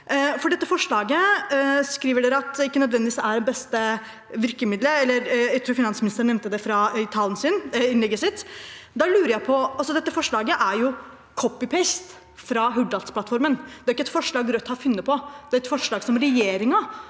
Dette forslaget skriver dere at ikke nødvendigvis er det beste virkemiddelet – jeg tror i hvert fall finansministeren nevnte det i innlegget sitt. Da lurer jeg på: Dette forslaget er «copy-paste» fra Hurdalsplattformen. Det er ikke et forslag Rødt har funnet på, det er et forslag regjeringen